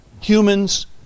humans